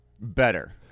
better